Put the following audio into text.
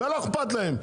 ולא אכפת להן.